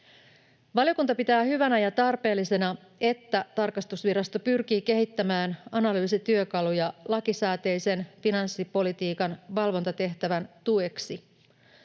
Valiokunta pitää hyvänä ja tarpeellisena, että tarkastusvirasto pyrkii kehittämään analyysityökaluja lakisääteisen finanssipolitiikan valvontatehtävän tueksi.